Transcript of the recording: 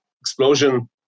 explosion